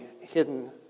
hidden